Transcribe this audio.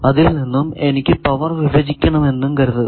അതിൽ നിന്നും എനിക്ക് പവർ വിഭജിക്കണം എന്നും കരുതുക